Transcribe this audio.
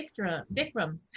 Vikram